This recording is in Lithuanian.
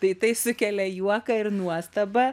tai tai sukelia juoką ir nuostabą